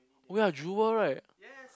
oh ya jewel right